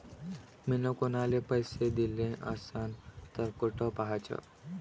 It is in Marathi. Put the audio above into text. मिन कुनाले पैसे दिले असन तर कुठ पाहाचं?